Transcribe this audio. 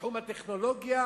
בתחום הטכנולוגיה